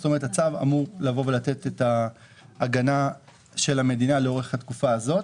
כלומר הצו אמור לתת הגנה של המדינה לאורך התקופה הזאת.